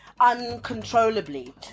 uncontrollably